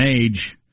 age